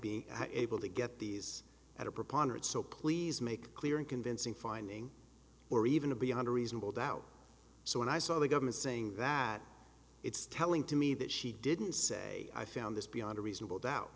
being able to get these at a preponderance so please make clear and convincing finding or even a beyond a reasonable doubt so when i saw the government saying that it's telling to me that she didn't say i found this beyond a reasonable doubt